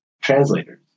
translators